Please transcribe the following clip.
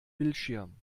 bildschirm